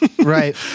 Right